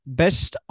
best